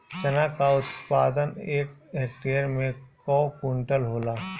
चना क उत्पादन एक हेक्टेयर में कव क्विंटल होला?